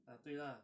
ah 对啦